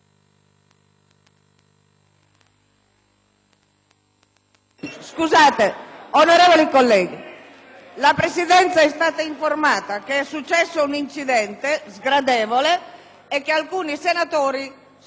Onorevoli colleghi, la Presidenza è stata informata che è successo un incidente sgradevole e che è stato impedito ad alcuni senatori di entrare in Aula. Questo non è francamente accettabile.